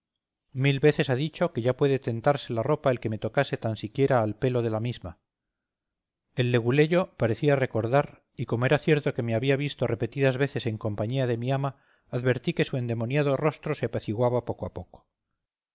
mil veces ha dicho que ya puede tentarse la ropa el que me tocase tan siquiera al pelo de la misma el leguleyo parecía recordar y como era cierto que me había visto repetidas veces en compañía de mi ama advertí que su endemoniado rostro se apaciguaba poco a poco